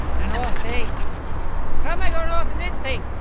and um ah safe how am i gonna open this thing?